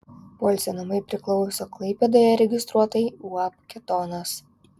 poilsio namai priklauso klaipėdoje registruotai uab ketonas